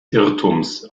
irrtums